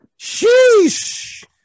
sheesh